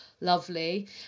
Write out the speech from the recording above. lovely